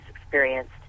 experienced